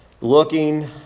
Looking